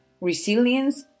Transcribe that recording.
resilience